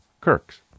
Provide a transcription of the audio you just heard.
Kirks